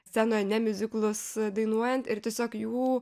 scenoje ne miuziklus dainuojant ir tiesiog jų